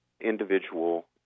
individual